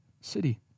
city